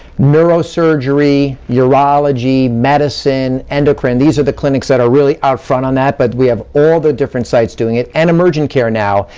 neurosurgery, urology, medicine, endocrine, these are the clinics that are really out front on that, but we have all the different sites doing it, and emurgentcare now,